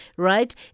Right